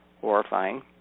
horrifying